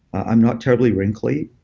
i'm not totally wrinkly.